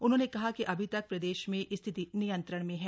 उन्होंने कहा कि अभी तक प्रदेश में स्थिति नियंत्रण में है